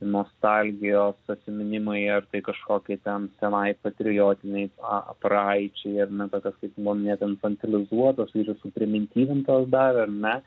nostalgijos atsiminimai ar tai kažkokie ten tenai patriotiniai a praeičiai ar ne tokios kaip buvo minėta infantilizuotos ir suprimintyvintos dar ar ne